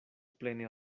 plene